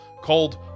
called